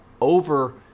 over